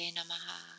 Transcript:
Namaha